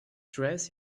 dress